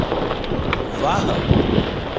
वाह